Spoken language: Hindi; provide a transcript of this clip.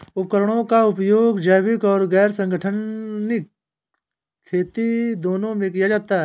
उपकरणों का उपयोग जैविक और गैर संगठनिक खेती दोनों में किया जाता है